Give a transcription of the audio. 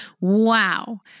Wow